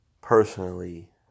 personally